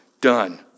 done